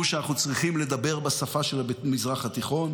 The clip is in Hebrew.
שאנחנו צריכים לדבר בשפה של המזרח התיכון,